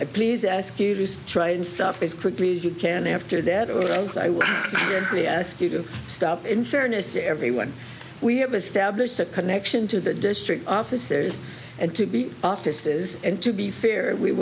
eye please ask you to try and stop as quickly as you can after that or else i would ask you to stop in fairness to everyone we have established a connection to the district officers and to be offices and to be fair we